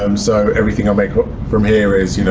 um so everything i'll make from here is, you know,